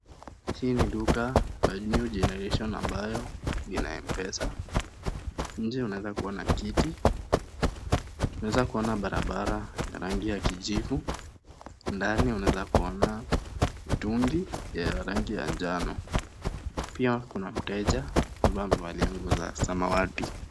Chini duka, la (cs)new generation(cs), ambayo, ina Mpesa, nje uneza kuona kiti, unaeza kuona barabara ya rangi ya kijivu, ndani unaweza kuona mitungi, ya rangi ya njano, pia kuna mteja, ambaye amevalia nguo za saswati.